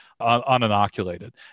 uninoculated